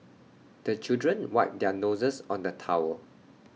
the children wipe their noses on the towel